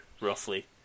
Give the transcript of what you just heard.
roughly